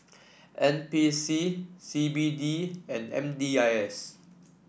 N P C C B D and M D I S